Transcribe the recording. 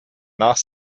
nach